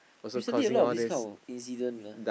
recently a lot of this kind of incident you know